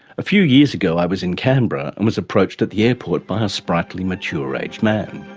a few years ago i was in canberra and was approached at the airport by a sprightly mature-aged man.